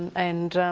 and